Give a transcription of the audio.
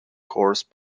course